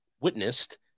witnessed